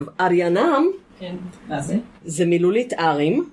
אריאנם זה מילולית ערים